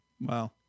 Wow